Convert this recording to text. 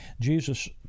Jesus